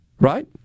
right